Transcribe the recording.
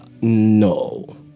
No